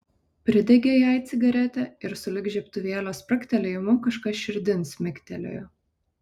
pridegė jai cigaretę ir sulig žiebtuvėlio spragtelėjimu kažkas širdin smigtelėjo